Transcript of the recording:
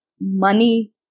money